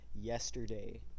yesterday